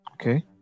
Okay